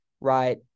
right